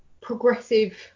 progressive